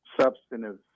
substantive